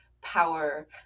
power